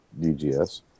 dgs